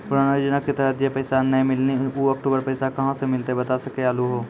पुराना योजना के तहत जे पैसा नै मिलनी ऊ अक्टूबर पैसा कहां से मिलते बता सके आलू हो?